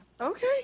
Okay